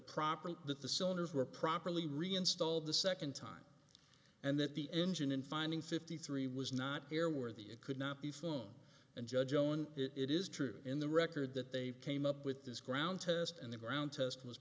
property that the cylinders were properly reinstalled the second time and that the engine in finding fifty three was not airworthy it could not be flown and judge own it it is true in the record that they came up with this ground test and the ground test was